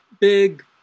big